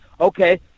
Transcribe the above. Okay